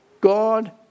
God